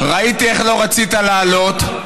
ראיתי איך לא רצית לעלות,